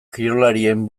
kirolarien